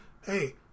Hey